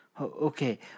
Okay